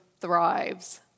thrives